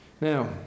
Now